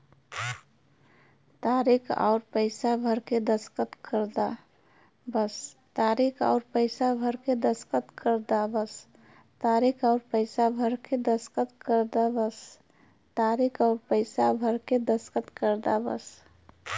तारीक अउर पइसा भर के दस्खत कर दा बस